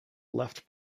left